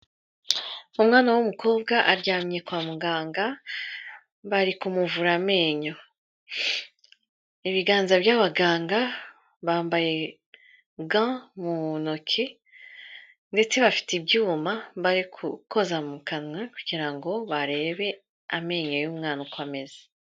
Umwana w'umukobwa aryamye kwa muganga, bari kumuvura amenyo, ibiganza by'abaganga bamba yega mu ntoki ndetse bafite ibyuma bari koza mu kanwa kugira ngo barebe amenyo y'umwana uko ameze.